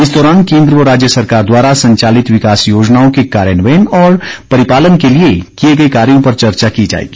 इस दौरान केन्द्र व राज्य सरकार द्वारा संचालित विकास योजनाओं के कार्यान्वयन और परिपालन के लिए किए गए कार्यों पर चर्चा की जाएगी